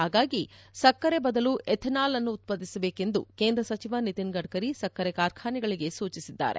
ಪಾಗಾಗಿ ಸಕ್ಕರೆಯ ಬದಲು ಎಥೆನಾಲ್ ಅನ್ನು ಉತ್ಪಾದಿಸಬೇಕು ಎಂದು ಕೇಂದ್ರ ಸಚಿವ ನಿತಿನ್ ಗಡ್ಕರಿ ಸಕ್ಕರೆ ಕಾರ್ಖಾನೆಗಳಿಗೆ ಸೂಜಿಸಿದ್ದಾರೆ